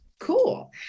Cool